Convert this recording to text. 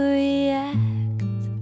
react